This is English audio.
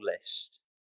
list